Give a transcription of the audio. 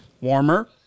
Warmer